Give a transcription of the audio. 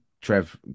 Trev